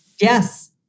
Yes